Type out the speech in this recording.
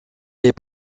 les